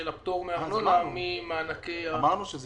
הפטור מארנונה ממענקי --- אמרנו שזה